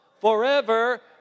forever